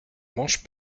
mange